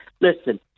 Listen